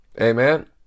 Amen